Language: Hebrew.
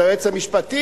על היועץ המשפטי,